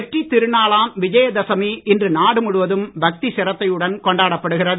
வெற்றித் திருநாளாம் விஜயதசமி இன்று நாடு முழுவதும் பக்தி சிரத்தையுடன் கொண்டாடப்படுகிறது